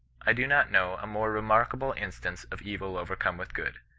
i do not know a more remarkable instance of evil overcome with good.